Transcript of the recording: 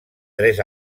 tres